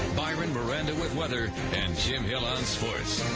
bryon miranda with weather, and jim hill on sports.